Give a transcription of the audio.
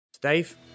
Dave